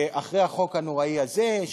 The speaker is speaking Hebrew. אחרי החוק הנורא הזה,